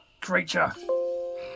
creature